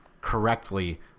correctly